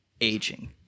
aging